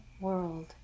world